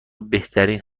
بهترین